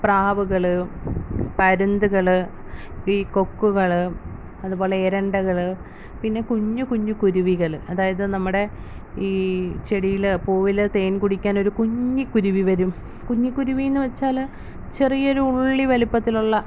പ്രാവുകള് പരുന്തുകൾ ഈ കൊക്കുകള് അതുപോലെ എരണ്ടകള് പിന്നെ കുഞ്ഞു കുഞ്ഞു കുരുവികള് അതായത് നമ്മുടെ ഈ ചെടിയിൽ പൂവില് തേൻ കുടിക്കാനൊരു കുഞ്ഞ് കുരുവി വരും കുഞ്ഞി കുരുവി എന്ന് വച്ചാല് ചെറിയൊരു ഉള്ളി വലിപ്പത്തിൽ ഉള്ള